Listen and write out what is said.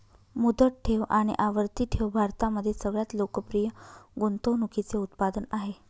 मुदत ठेव आणि आवर्ती ठेव भारतामध्ये सगळ्यात लोकप्रिय गुंतवणूकीचे उत्पादन आहे